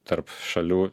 tarp šalių